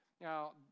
Now